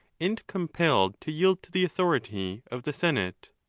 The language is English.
and com pelled to yield to the authority of the senate.